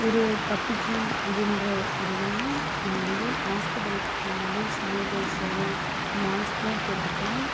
ஒரு தப்பித்தோம் அப்படின்ற ஒரு புரிதல்ல நாங்கள் வந்து ஹாஸ்பிட்டலுக்கு போகும்போது சானிடைசரும் மாஸ்க்கும் போட்டுப்போம்